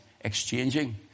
exchanging